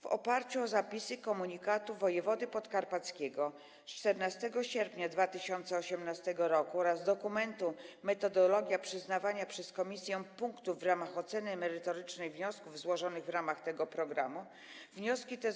W oparciu o zapisy komunikatu wojewody podkarpackiego z 14 sierpnia 2018 r. oraz dokumentu: metodologia przyznawania przez komisję punktów w ramach oceny merytorycznej wniosków złożonych w ramach tego programu, wnioski te